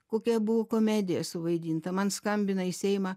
kokia buvo komedija suvaidinta man skambina į seimą